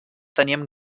teníem